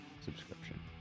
subscription